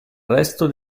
resto